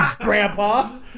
Grandpa